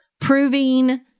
proving